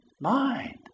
mind